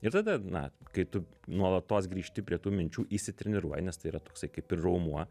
ir tada na kai tu nuolatos grįžti prie tų minčių įsitreniruoji nes tai yra toksai kaip ir raumuo